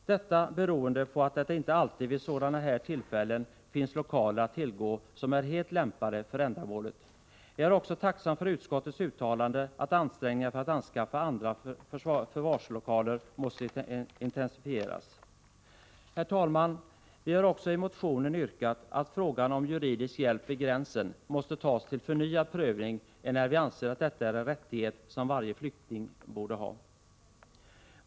Detta beror på att det inte alltid vid sådana här tillfällen finns lokaler att tillgå som är helt lämpade för ändamålet. Jag är också tacksam för utskottets uttalande, att ansträngningarna för att anskaffa andra förvarslokaler måste intensifieras. Herr talman! Vi har i motionen också yrkat att frågan om juridisk hjälp vid gränsen måste tas upp till förnyad prövning, enär vi anser att sådan hjälp är en rättighet som varje flykting borde ha.